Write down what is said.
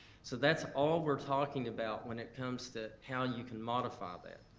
so that's all we're talking about when it comes to how you can modify that.